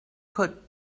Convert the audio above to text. could